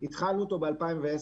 התחלנו ב-2010.